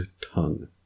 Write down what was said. tongue